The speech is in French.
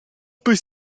peut